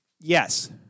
Yes